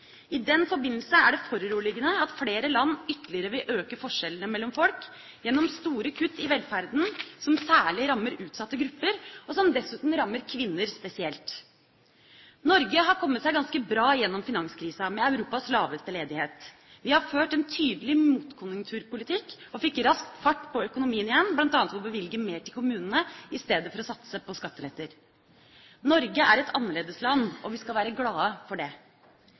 I den forbindelse er det foruroligende at flere land vil øke forskjellene mellom folk ytterligere, gjennom store kutt i velferden som særlig rammer utsatte grupper – og som dessuten rammer kvinner spesielt. Norge har kommet seg ganske bra gjennom finanskrisa, med Europas laveste ledighet. Vi har ført en tydelig motkonjunkturpolitikk, og fikk raskt fart på økonomien igjen bl.a. ved å bevilge mer til kommunene, i stedet for å satse på skatteletter. Norge er et annerledesland, og vi skal være glad for det.